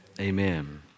Amen